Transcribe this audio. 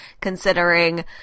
considering